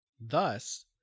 Thus